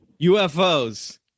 UFOs